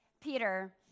peter